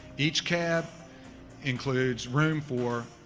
each cabin includes room for